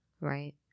Right